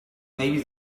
maybe